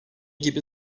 gibi